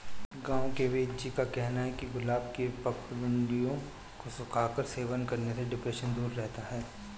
गांव के वेदजी का कहना है कि गुलाब के पंखुड़ियों को सुखाकर सेवन करने से डिप्रेशन दूर रहता है